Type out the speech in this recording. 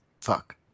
fuck